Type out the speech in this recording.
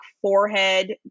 forehead